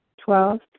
Twelve